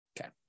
Okay